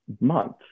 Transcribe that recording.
month